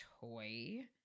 toy